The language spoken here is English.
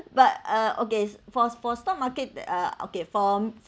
but uh okay for for stock market that uh okay for